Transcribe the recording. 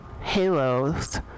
halos